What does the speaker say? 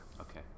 Okay